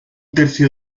tercio